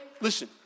listen